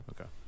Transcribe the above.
Okay